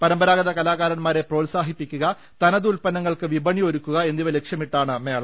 പരമ്പരാഗത കലാകാരന്മാരെ മേളയിൽ പ്രോത്സാഹിപ്പിക്കുക തനത് ഉത്പന്നങ്ങൾക്ക് വിപണി ഒരുക്കുക എന്നിവ ലക്ഷ്യമിട്ടാണ് മേള